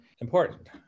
important